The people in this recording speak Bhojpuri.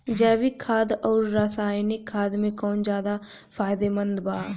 जैविक खाद आउर रसायनिक खाद मे कौन ज्यादा फायदेमंद बा?